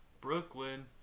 Brooklyn